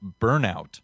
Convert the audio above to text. Burnout